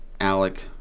alec